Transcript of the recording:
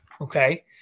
Okay